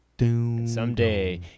Someday